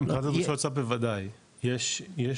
כן, מבחינת דרישות הסף בוודאי, יש שונות